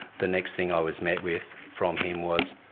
the next thing i was met with from him was,